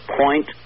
point